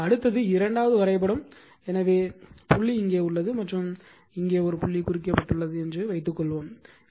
இப்போது அடுத்தது இரண்டாவது வரைபடம் எனவே புள்ளி இங்கே உள்ளது மற்றும் புள்ளி இங்கே குறிக்கப்பட்டுள்ளது என்று வைத்துக்கொள்வோம்